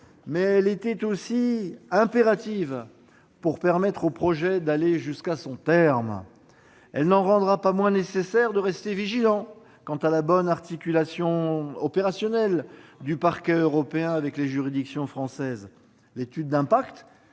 mais aussi impérative pour permettre au projet d'aller jusqu'à son terme. Elle n'en rendra pas moins nécessaire de rester vigilants quant à la bonne articulation opérationnelle du Parquet européen avec les juridictions françaises. L'étude d'impact